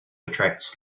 attracts